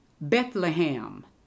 Bethlehem